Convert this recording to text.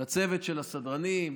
לצוות של הסדרנים,